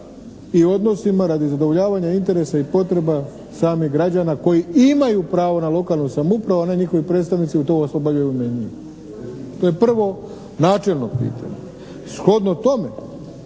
i odnosima radi zadovoljavanja interesa i potreba samih građana koji imaju pravo na lokalnu samoupravu, a ne njihovi predstavnici … /Govornik se ne razumije./ … To je prvo načelno pitanje. Shodno tome